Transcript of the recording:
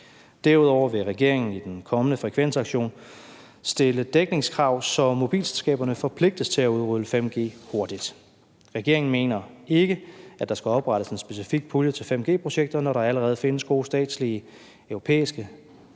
Derudover vil regeringen i den kommende frekvensauktion stille dækningskrav, så mobilselskaberne forpligtes til at udrulle 5G hurtigt. Regeringen mener ikke, at der skal oprettes en specifik pulje til 5G-projekterne, når der allerede findes gode statslige og europæiske støttemuligheder.